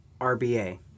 RBA